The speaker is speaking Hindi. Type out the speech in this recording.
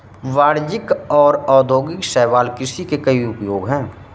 वाणिज्यिक और औद्योगिक शैवाल कृषि के कई उपयोग हैं